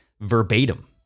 verbatim